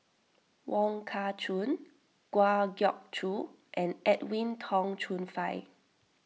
Wong Kah Chun Kwa Geok Choo and Edwin Tong Chun Fai